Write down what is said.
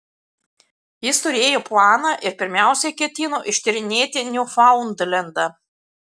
jis turėjo planą ir pirmiausia ketino ištyrinėti niufaundlendą